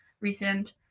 recent